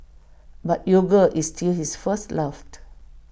but yoga is still his first love